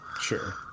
Sure